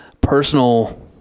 personal